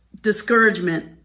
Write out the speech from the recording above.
discouragement